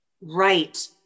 Right